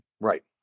Right